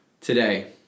today